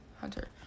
Hunter